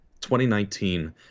2019